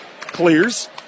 clears